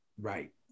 Right